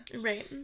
Right